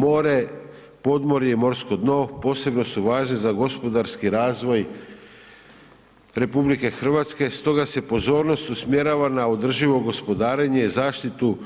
More, podmorje i morsko dno posebno su važni za gospodarski razvoj RH, stoga se pozornost usmjerava na održivo gospodarenje, zaštitu